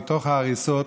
מתוך ההריסות